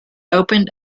opened